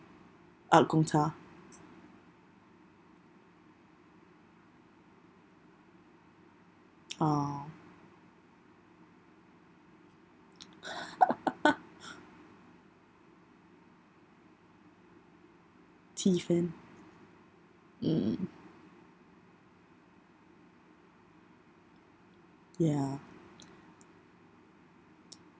ah Gong Cha oh mm ya